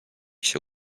się